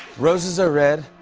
roses are red.